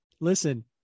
listen